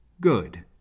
Good